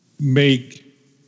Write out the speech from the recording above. make